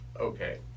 okay